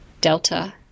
Delta